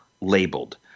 labeled